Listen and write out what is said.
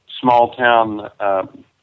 small-town